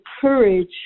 courage